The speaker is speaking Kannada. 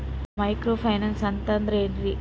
ಮೈಕ್ರೋ ಫೈನಾನ್ಸ್ ಅಂತಂದ್ರ ಏನ್ರೀ?